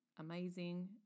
amazing